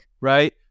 right